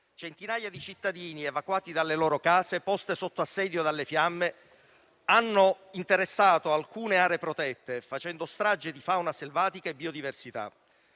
centinaia di cittadini sono stati evacuati dalle loro case, poste sotto assedio dalle fiamme che hanno interessato alcune aree protette, facendo strage di fauna selvatica e biodiversità.